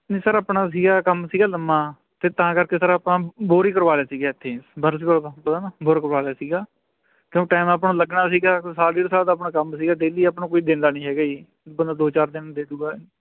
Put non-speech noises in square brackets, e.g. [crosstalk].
ਨਹੀਂ ਸਰ ਆਪਣਾ ਸੀਗਾ ਕੰਮ ਸੀਗਾ ਲੰਬਾ ਤੇ ਤਾਂ ਕਰਕੇ ਸਰ ਆਪਾਂ ਬੋਰ ਹੀ ਕਰਵਾ ਲਿਆ ਸੀਗਾ ਇੱਥੇ [unintelligible] ਬੋਰ ਕਰਵਾ ਲਿਆ ਸੀਗਾ ਕਿਉਂਕਿ ਟਾਈਮ ਆਪਾਂ ਨੂੰ ਲੱਗਣਾ ਸੀਗਾ ਕੁਛ ਸਾਲ ਡੇਢ ਸਾਲ ਦਾ ਆਪਣਾ ਕੰਮ ਸੀਗਾ ਡੇਲੀ ਆਪਣਾ ਕੋਈ ਦਿੰਦਾ ਨਹੀਂ ਹੈਗਾ ਜੀ ਬੰਦਾ ਦੋ ਚਾਰ ਦਿਨ ਦੇ ਦੂਗਾ